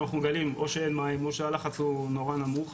אנחנו מגלים או שאין מים או שהלחץ הוא נורא נמוך,